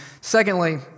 Secondly